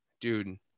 dude